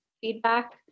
feedback